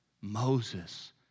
Moses